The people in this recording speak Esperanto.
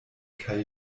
kaj